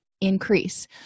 increase